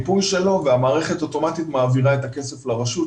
והמערכת אוטומטית מעבירה את הכסף לרשות.